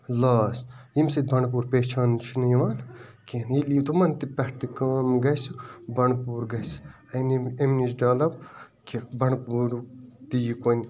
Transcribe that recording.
loss ییٚمہِ سۭتۍ Bandipur پہچاننہٕ چھُ نہٕ یِوان کیٚنٛہہ ییٚلہِ یہِ تِمن پٮ۪ٹھ تہِ کٲم گَژھِ بنٛڈپوٗر گَژھِ اَمہِ اَمہِ نِش ڈیٚولپ کہِ بنٛڈٕپوٗر تہِ یی کُنہِ